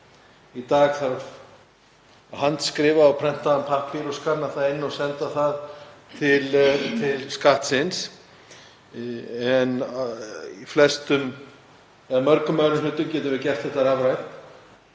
Í dag þarf að handskrifa á prentaðan pappír, skanna það inn og senda til Skattsins. Í mörgum öðrum hlutum getum við gert þetta rafrænt.